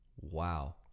Wow